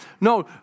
No